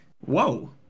Whoa